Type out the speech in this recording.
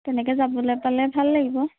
তেনেকৈ যাবলৈ পালে ভাল লাগিব